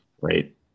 right